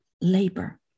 labor